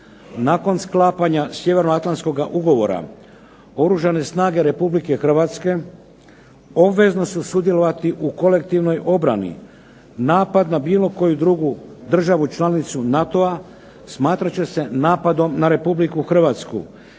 Nakon sklapanja sjeverno-atlantskoga ugovora Oružane snage RH obvezne su sudjelovati u kolektivnoj obrani. Napad na bilo koju drugu državu članicu NATO-a smatrat će se napadom na RH i Oružane